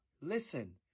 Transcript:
listen